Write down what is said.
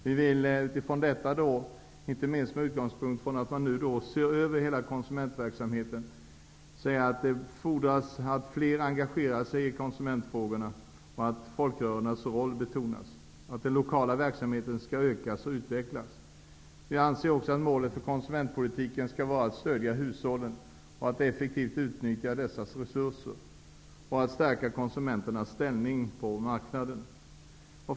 Med denna utgångspunkt, inte minst med tanke på att man nu ser över hela konsumentverksamheten, vill jag säga att det fordras att flera engagerar sig i konsumentfrågorna och att folkrörelsernas roll skall betonas. Den lokala verksamheten skall ökas och utvecklas. Vi anser också att målet för konsumentpolitiken skall vara att stödja hushållen. Hushållen bör stödjas så att de effektivt kan utnyttja sina resurser. Konsumenternas ställning på marknaden skall också stärkas.